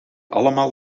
allemaal